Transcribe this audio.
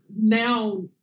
now